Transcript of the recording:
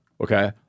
Okay